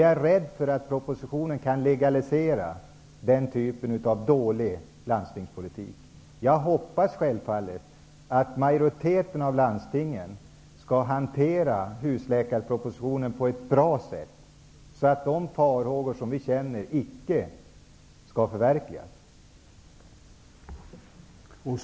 Jag är rädd för att propositionen kan legalisera den här typen av dålig landstingspolitik. Jag hoppas självfallet att majoriteten av landstingen skall hantera husläkarpropositionen på ett bra sätt, så att de farhågor som vi hyser icke skall besannas.